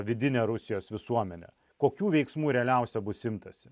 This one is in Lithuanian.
vidinę rusijos visuomenę kokių veiksmų realiausia bus imtasi